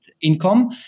income